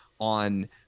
on